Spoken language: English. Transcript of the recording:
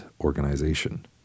organization